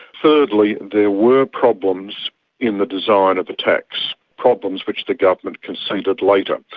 thirdly, there were problems in the design of the tax, problems which the government conceded later.